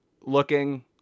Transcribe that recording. looking